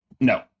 No